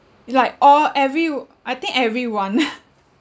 like all everyo~ I think everyone